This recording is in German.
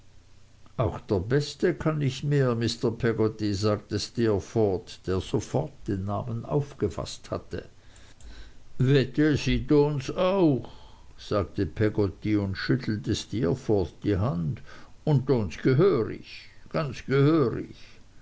auch der beste kann nicht mehr mr peggotty sagte steerforth der sofort den namen aufgefaßt hatte wette sej doons auch sagte peggotty und schüttelte steerforth die hand und doons gehörich ganz gehörich